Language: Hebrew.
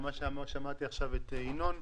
וגם למה שאמר כרגע ינון אזולאי.